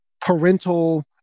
parental